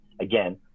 again